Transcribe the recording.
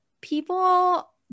people